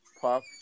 Puff